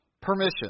permission